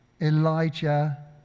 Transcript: Elijah